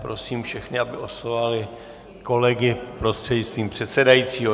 Prosím všechny, aby oslovovali kolegy prostřednictvím předsedajícího.